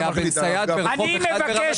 אני מבקש